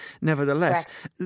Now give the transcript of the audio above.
nevertheless